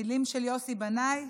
מילים של יוסי בנאי,